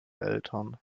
eltern